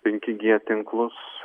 penki g tinklus